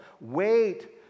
wait